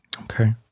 Okay